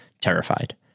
terrified